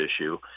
issue